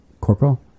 Corporal